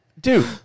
Dude